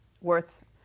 worth